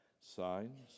Signs